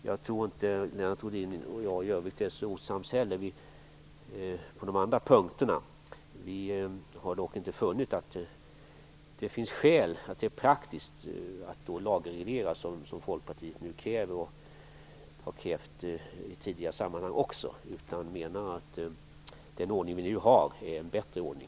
Jag tror inte heller att Lennart Rohdin och jag i övrigt är så osams. Vi har dock inte funnit några praktiska skäl till att lagreglera på det sätt som Folkpartiet kräver och har krävt i tidigare sammanhang. Den ordning som vi nu har är en bättre ordning.